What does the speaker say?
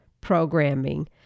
programming